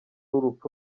urupfu